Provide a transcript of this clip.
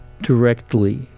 directly